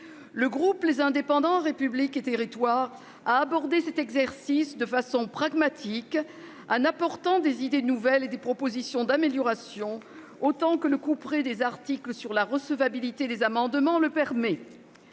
Le groupe Les Indépendants - République et Territoires a abordé cet exercice de façon pragmatique, en apportant autant d'idées nouvelles et de propositions d'amélioration que le couperet des articles sur la recevabilité des amendements le permet.